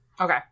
Okay